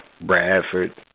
Bradford